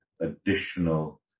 additional